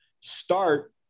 start